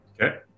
Okay